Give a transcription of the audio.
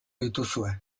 dituzue